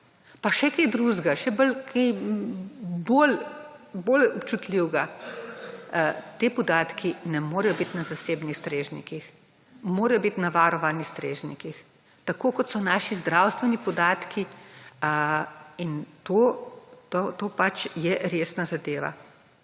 pa še kaj drugega, še kaj bolj občutljivega, ti podatki ne morejo biti na zasebnih strežnikih, morajo biti na varovanih strežnikih. Tako kot so naši zdravstveni podatki; to je pač resna zadeva.